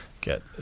get